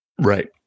Right